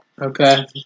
Okay